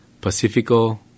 Pacifico